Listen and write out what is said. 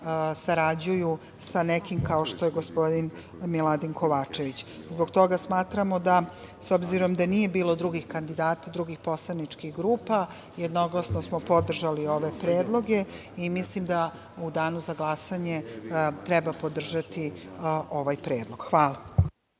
sarađuju sa nekim kao što je gospodin Miladin Kovačević. Zbog toga smatramo da, s obzirom da nije bilo drugih kandidata drugih poslaničkih grupa, jednoglasno smo podržali ove predloge i mislim da u danu za glasanje treba podržati ovaj predlog. Hvala.